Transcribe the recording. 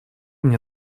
мне